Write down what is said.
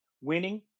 winning